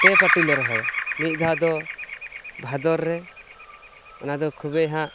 ᱯᱮ ᱯᱟᱴᱤᱞᱮ ᱨᱚᱦᱚᱭᱟ ᱢᱤᱫ ᱫᱷᱟᱣᱫᱚ ᱵᱷᱟᱫᱚᱨ ᱨᱮ ᱚᱱᱟᱫᱚ ᱠᱷᱩᱵᱤᱼᱦᱟᱜ